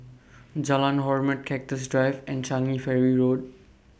Jalan Hormat Cactus Drive and Changi Ferry Road